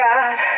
God